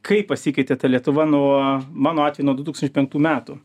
kaip pasikeitė ta lietuva nuo mano atveju nuo du tūkstančiai penktų metų